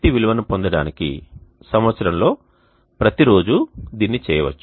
విలువను పొందడానికి సంవత్సరంలో ప్రతి రోజూ దీన్ని చేయవచ్చు